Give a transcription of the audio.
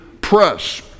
press